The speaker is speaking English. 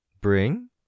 Bring